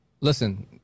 listen